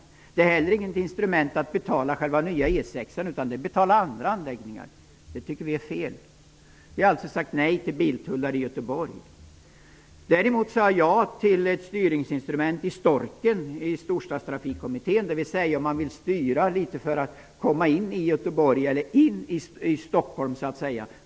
De kan inte heller användas för att betala byggandet av den nya Vi tycker att detta är fel och har därför sagt nej till biltullar i Göteborg. Vi har däremot i Göteborg eller in i Stockholm.